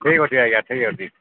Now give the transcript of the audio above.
ଠିକ ଅଛି ଆଜ୍ଞା ଠିକ୍ ଅଛିି ଆଜ୍ଞା